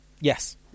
Yes